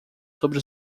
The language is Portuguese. sobre